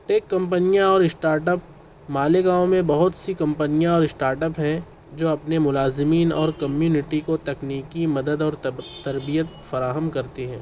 tech کمپنياں اور startup Malegaon ميں بہت سى کمپنياں اور اسٹارٹ اپ ہیں جو اپنے ملازمین اور کمیونٹی كو تکنیکی مدد اور تب تربيت فراہم کرتی ہیں